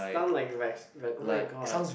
stun like veg~ ve~ [oh]-my-god